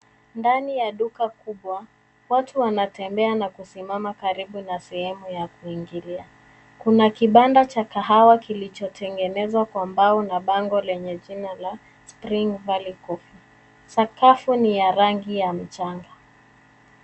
Ndani ya duka kubwa watu wanatembea na kusimama karibu na sehemu ya kuingilia. Kuna kibanda cha kahawa kilichotengenezwa kwa mbao na bango lenye jina la Spring Valley Coffee. Sakafu ni ya rangi ya mchanga.